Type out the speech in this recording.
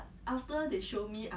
mm